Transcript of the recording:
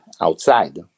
outside